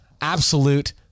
absolute